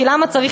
כי למה צריך